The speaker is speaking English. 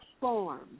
form